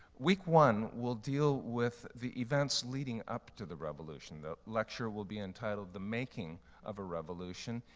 week one will deal with the events leading up to the revolution. the lecture will be entitled the making of a revolution.